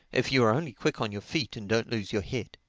if you are only quick on your feet and don't lose your head.